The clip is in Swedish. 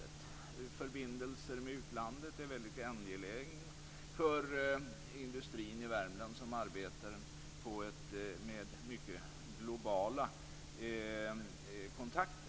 Goda flygförbindelser är mycket angeläget för industrin i Värmland som arbetar med globala kontakter.